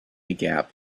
gap